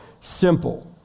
simple